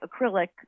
acrylic